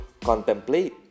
contemplate